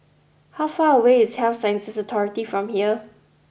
how far away is Health Sciences Authority from here